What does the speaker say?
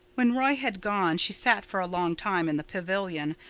when roy had gone she sat for a long time in the pavilion,